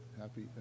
Happy